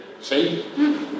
See